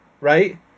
right